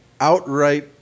outright